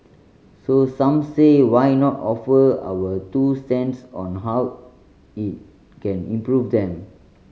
so some say why not offer our two cents on how it can improve them